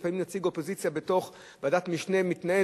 לפעמים נציג אופוזיציה בתוך ועדת משנה מתנהל